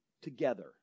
together